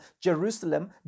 Jerusalem